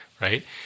right